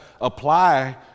apply